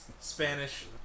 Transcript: spanish